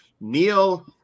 Neil